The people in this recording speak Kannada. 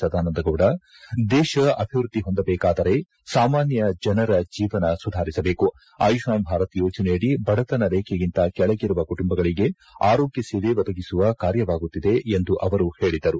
ಸದಾನಂದ ಗೌಡ ದೇಶ ಅಭಿವೃದ್ದಿ ಹೊಂದಬೇಕಾದರೆ ಸಾಮಾನ್ಯ ಜನರ ಜೀವನ ಸುಧಾರಿಸಬೇಕು ಆಯುಷ್ಮಾನ್ ಭಾರತ್ ಯೋಜನೆಯಡಿ ಬಡತನ ರೇಖೆಗಿಂತ ಕೆಳಗಿರುವ ಕುಟುಂಬಗಳಿಗೆ ಆರೋಗ್ಯ ಸೇವೆ ಒದಗಿಸುವ ಕಾರ್ಯವಾಗುತ್ತಿದೆ ಎಂದು ಅವರು ಹೇಳಿದರು